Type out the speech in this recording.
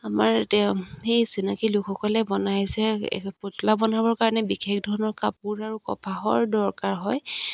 আমাৰ সেই চিনাকী লোকসকলে বনাইছে পুতলা বনাবৰ কাৰণে বিশেষ ধৰণৰ কাপোৰ আৰু কপাহৰ দৰকাৰ হয়